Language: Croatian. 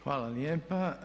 Hvala lijepa.